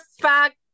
fact